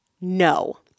no